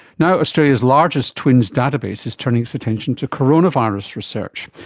now australia's largest twins database is turning its attention to coronavirus research.